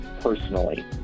personally